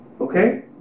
Okay